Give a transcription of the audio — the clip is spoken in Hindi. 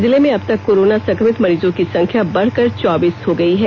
जिले में अब कोरोना संक्रमित मरीजों की संख्या बढ़कर चौबीस हो गयी है